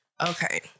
Okay